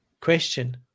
question